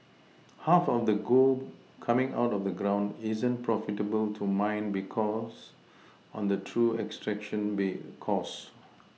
half of the gold coming out of the ground isn't profitable to mine because on the true extraction bay costs